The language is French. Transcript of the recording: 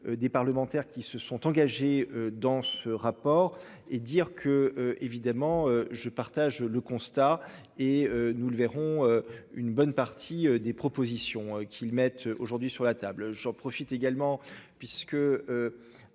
Des parlementaires qui se sont engagés dans ce rapport. Et dire que évidemment je partage le constat et nous le verrons. Une bonne partie des propositions qu'ils mettent aujourd'hui sur la table, j'en profite également puisque.